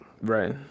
Right